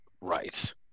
right